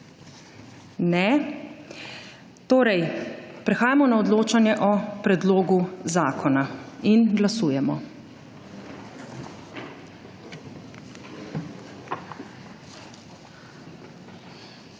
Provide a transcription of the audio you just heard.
(Ne.) Torej, prehajamo na odločanje o predlogu zakona. Glasujemo.